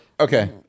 Okay